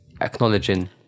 acknowledging